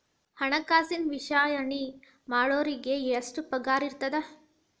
ಹಣ್ಕಾಸಿನ ವಿಶ್ಲೇಷಣೆ ಮಾಡೋರಿಗೆ ಎಷ್ಟ್ ಪಗಾರಿರ್ತದ?